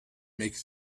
make